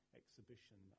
exhibition